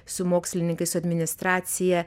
su mokslininkaissu administracija